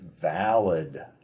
valid